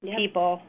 people